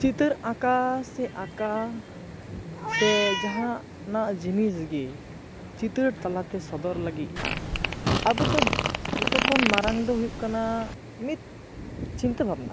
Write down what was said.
ᱪᱤᱛᱟᱹᱨ ᱟᱸᱠᱟᱣ ᱥᱮ ᱟᱸᱠᱟᱥᱮ ᱡᱟᱦᱟᱸ ᱱᱟᱜ ᱡᱤᱱᱤᱥ ᱜᱮ ᱪᱤᱛᱟᱹᱨ ᱛᱟᱞᱟᱛᱮ ᱥᱚᱫᱚᱨ ᱞᱟᱹᱜᱤᱫ ᱟᱵᱚ ᱫᱚ ᱡᱚᱛᱚ ᱠᱷᱚᱱ ᱢᱟᱨᱟᱝ ᱫᱚ ᱦᱩᱭᱩᱜ ᱠᱟᱱᱟ ᱢᱤᱫ ᱪᱤᱱᱛᱟᱹ ᱵᱷᱟᱵᱱᱟ